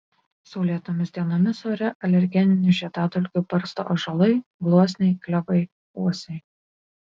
saulėtomis dienomis ore alergeninių žiedadulkių barsto ąžuolai gluosniai klevai uosiai